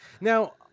now